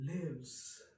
lives